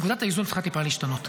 נקודת האיזון צריכה טיפה להשתנות.